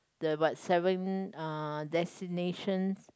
the what seven uh destinations